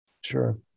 Sure